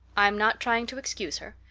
i'm not trying to excuse her.